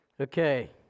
okay